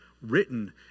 written